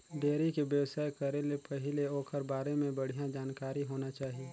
dairy के बेवसाय करे ले पहिले ओखर बारे में बड़िहा जानकारी होना चाही